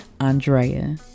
Andrea